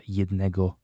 jednego